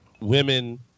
women